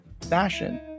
fashion